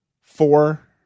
Four